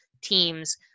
teams